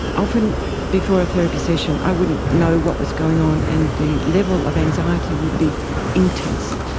often before a therapy session i wouldn't know what was going on, and the level of anxiety would be intense,